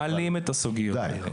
מעלים את הסוגיות האלה.